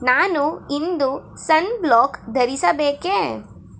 ನಾನು ಇಂದು sun block ಧರಿಸಬೇಕೇ